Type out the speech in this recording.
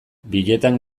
bietan